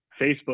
Facebook